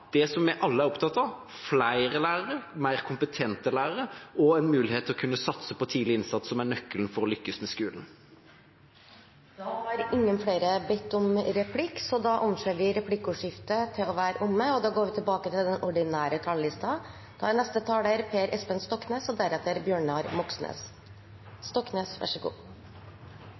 det som vi alle er opptatt av – flere lærere, mer kompetente lærere og en mulighet til å kunne satse på tidlig innsats, som er nøkkelen til å lykkes med skolen. Replikkordskiftet er omme.